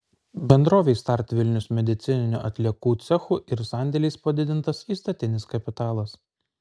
bendrovei start vilnius medicininių atliekų cechu ir sandėliais padidintas įstatinis kapitalas